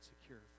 secure